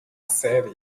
série